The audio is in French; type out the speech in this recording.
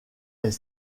est